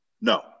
No